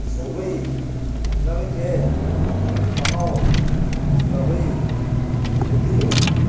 ꯁꯧꯕꯩ ꯔꯕꯤꯈꯦ ꯐꯖꯄꯉꯧ ꯁꯤꯂꯥꯎꯕꯩ ꯕꯦꯇꯤꯂꯨ